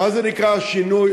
מה זה נקרא שינוי,